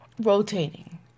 rotating